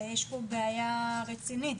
יש פה בעיה רצינית.